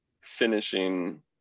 finishing